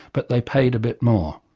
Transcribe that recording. but they paid a bit more.